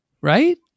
Right